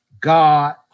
God